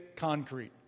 Concrete